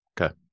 Okay